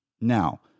Now